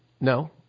no